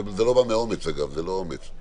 זה לא בא מאומץ אגב, זה לא אומץ.